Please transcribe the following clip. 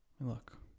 Look